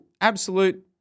Absolute